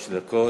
שלוש דקות.